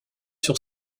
sur